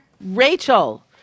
Rachel